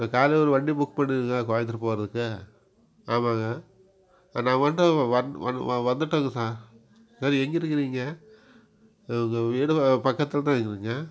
நான் காலையில் ஒரு வண்டி புக் பண்ணியிருக்கேன் கோயம்புத்தூர் போகிறதுக்கு ஆமாங்க நான் வந்துட்டு வந் வந் வ வந்துட்டேங்க சார் சரி எங்கே இருக்குறீங்க உங்கள் வீடு பக்கத்தில் தான் இருக்குறேங்க